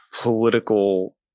political